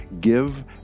Give